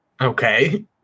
Okay